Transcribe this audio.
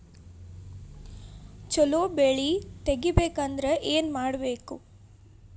ಛಲೋ ಬೆಳಿ ತೆಗೇಬೇಕ ಅಂದ್ರ ಏನು ಮಾಡ್ಬೇಕ್?